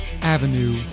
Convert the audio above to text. Avenue